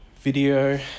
video